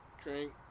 drink